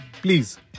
Please